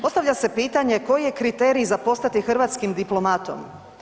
Postavlja se pitanje koji je kriterij za postati hrvatskim diplomatom?